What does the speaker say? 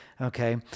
Okay